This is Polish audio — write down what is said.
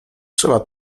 trzeba